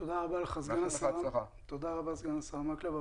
תודה רבה, סגן השרה מקלב.